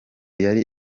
yari